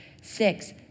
six